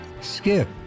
Skip